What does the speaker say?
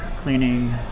cleaning